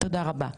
תודה רבה.